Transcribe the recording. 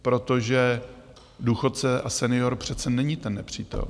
Protože důchodce a senior přece není ten nepřítel.